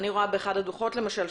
למשל,